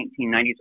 1990s